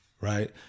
Right